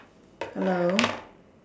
hello